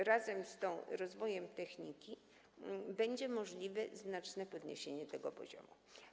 Wraz z rozwojem techniki będzie możliwe znaczne podwyższenie tego poziomu.